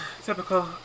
Typical